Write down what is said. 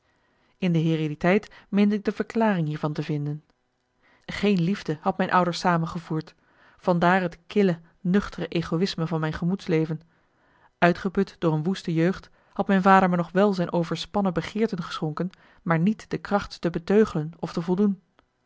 in de herediteit meende ik de verklaring hiervan te vinden geen liefde had mijn ouders samengevoerd van daar het kille nuchtere egoïsme van mijn gemoedsleven uitgeput door een woeste jeugd had mijn vader me nog wel zijn overspannen begeerten geschonken maar niet de kracht ze te beteugelen of te voldoen